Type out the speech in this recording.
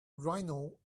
rhino